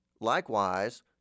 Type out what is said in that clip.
Likewise